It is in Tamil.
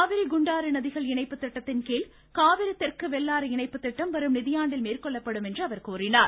காவிரி குண்டாறு நதிகள் இணைப்பு திட்டத்தின்கீழ் காவிரி தெற்கு வெள்ளாறு இணைப்பு திட்டம் வரும் நிதியாண்டில் மேற்கொள்ளப்படும் என்று அவர் கூறினார்